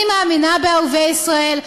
אני מאמינה בערביי ישראל,